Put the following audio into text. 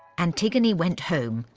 antigone went home,